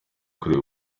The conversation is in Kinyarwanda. kureba